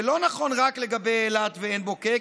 זה לא נכון רק לאילת ולעין בוקק,